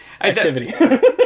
Activity